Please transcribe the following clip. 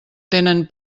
tenen